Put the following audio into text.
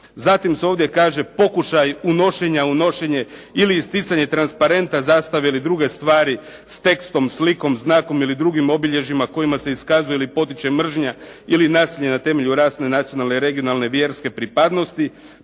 Zatim, se ovdje kaže pokušaj unošenja, unošenje ili isticanje transparenta, zastave ili druge stvari s tekstom, slikom, znakom ili drugim obilježjima kojima se iskazuje ili potiče mržnja ili nasilje na temelju rasne, nacionalne, regionalne, vjerske pripadnosti,